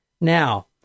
Now